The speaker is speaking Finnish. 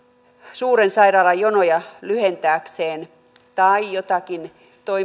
suuren sairaalan jonoja lyhentääkseen tai jotakin